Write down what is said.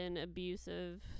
abusive